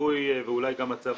שסיכוי ואולי גם הצבא,